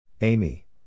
Amy